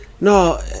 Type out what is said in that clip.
no